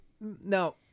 Now